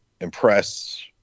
impress